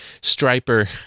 Striper